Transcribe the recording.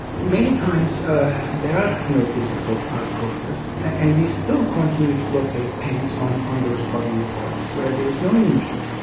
many times there are no physical causes and we still continue to locate pains on on those bodily parts where there is no injury.